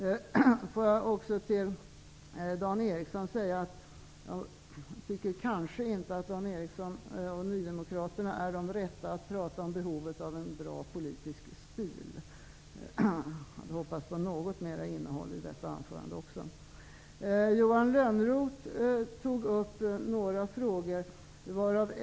Låt mig säga till Dan Eriksson i Stockholm att jag kanske inte tycker att Dan Eriksson och nydemokraterna är de rätta att prata om behovet av en bra politisk stil. Jag hade hoppats på något mera innehåll i detta anförande också. Johan Lönnroth tog upp några frågor.